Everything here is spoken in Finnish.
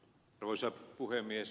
arvoisa puhemies